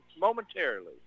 momentarily